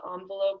envelope